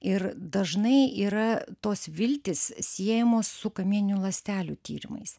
ir dažnai yra tos viltys siejamos su kamieninių ląstelių tyrimais